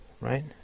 Right